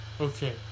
Okay